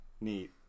Neat